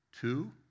Two